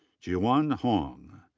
jiayuan huang.